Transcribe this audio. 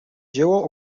dzieło